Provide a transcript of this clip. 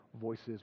voices